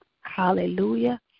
Hallelujah